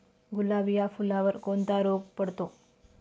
गुलाब या फुलावर कोणता रोग पडतो?